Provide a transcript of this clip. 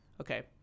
Okay